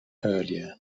earlier